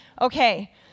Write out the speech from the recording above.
okay